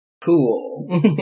cool